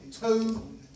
two